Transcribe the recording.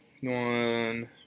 One